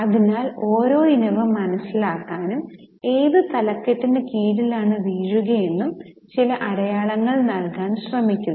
അതിനാൽ ഓരോ ഇനവും മനസിലാക്കാനും ഏത് തലക്കെട്ടിന് കീഴിലാണ് വീഴുകയെന്നും ചില അടയാളങ്ങൾ നൽകാൻ ശ്രമിക്കുക